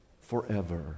forever